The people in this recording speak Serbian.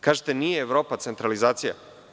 Kažete – nije Evropa centralizacija.